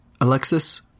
Alexis